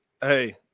hey